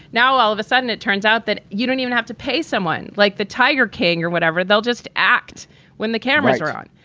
now, all of a sudden, it turns out that you don't even have to pay someone like the tiger king or whatever. they'll just act when the cameras are on.